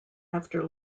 after